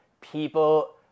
people